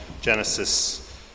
Genesis